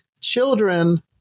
children